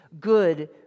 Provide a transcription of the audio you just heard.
good